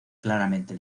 claramente